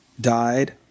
died